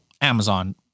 Amazon